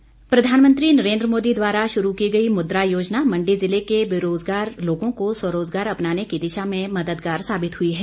राम स्वरूप प्रधानमंत्री नरेन्द्र मोदी द्वारा शुरू की गई मुद्रा योजना मंडी जिले के बेरोजगार लोगों को स्वरोजगार अपनाने की दिशा में मददगार साबित हुई है